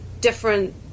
different